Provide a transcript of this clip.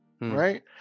right